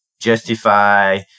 justify